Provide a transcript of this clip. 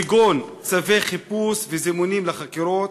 כגון צווי חיפוש וזימונים לחקירות?